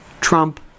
Trump